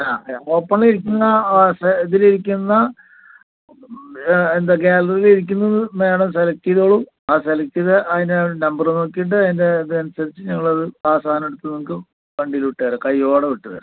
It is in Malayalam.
ആ ഓപ്പണിലിരിക്കുന്ന ഇതിലിരിക്കുന്ന എന്താ ഗ്യാലറിയിലിരിക്കുന്നത് മേഡം സെലക്ട് ചെയ്തോളു ആ സെലക്ട് ചെയ്ത അതിനെ നമ്പറ് നോക്കിയിട്ട് അതിൻ്റെ ഇതനുസരിച്ച് ഞങ്ങളത് ആ സാധനം എടുത്ത് നിങ്ങൾക്ക് വണ്ടിയിലോട്ട് തരാം കൈയോടെ വിട്ടുതരാം